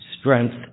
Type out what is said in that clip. strength